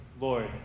Lord